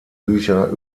bücher